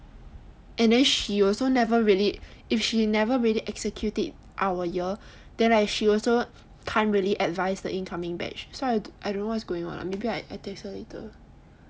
and then she also never really if she never really execute it our year then like she can't really advise the incoming batch so I don't know what's going on lah maybe I text her later